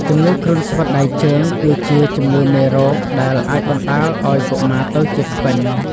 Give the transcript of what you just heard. ជម្ងឺគ្រុនស្វិតដៃជើងគឺជាជំងឺមេរោគដែលអាចបណ្តាលឱ្យកុមារទៅជាខ្វិន។